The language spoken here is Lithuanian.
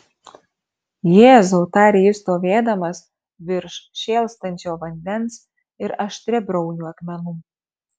jėzau tarė jis stovėdamas virš šėlstančio vandens ir aštriabriaunių akmenų